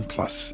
Plus